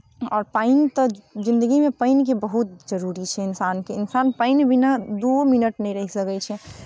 आओर पानि तऽ जिंदगीमे पानिके बहुत जरूरी छै इन्सानके इन्सान पानि बिना दूओ मिनट नहि रहि सकैत छै